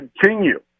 continue